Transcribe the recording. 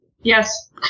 Yes